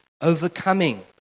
overcoming